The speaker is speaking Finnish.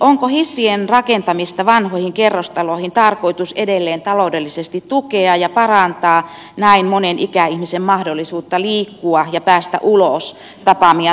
onko hissien rakentamista vanhoihin kerrostaloihin tarkoitus edelleen taloudellisesti tukea ja parantaa näin monen ikäihmisen mahdollisuutta liikkua ja päästä ulos tapaamaan tuttaviaan